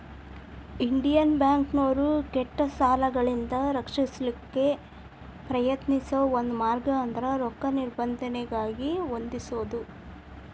Indian ಬ್ಯಾಂಕ್ನೋರು ಕೆಟ್ಟ ಸಾಲಗಳಿಂದ ರಕ್ಷಿಸಲಿಕ್ಕೆ ಪ್ರಯತ್ನಿಸೋ ಒಂದ ಮಾರ್ಗ ಅಂದ್ರ ರೊಕ್ಕಾ ನಿಬಂಧನೆಯಾಗಿ ಹೊಂದಿಸೊದು